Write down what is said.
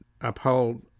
uphold